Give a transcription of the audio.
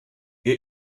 ihr